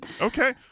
Okay